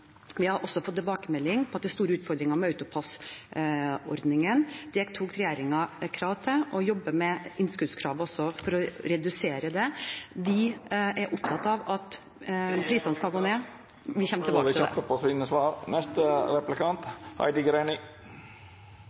Vi har også fått tilbakemeldinger om at det er store utfordringer med AutoPASS-ordningen. Det tok regjeringen tak i og jobber med innskuddskrav også for å redusere det. Vi er opptatt av … Det må jeg komme tilbake til.